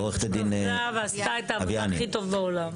היא השתדלה ועשתה את העבודה הכי טוב בעולם.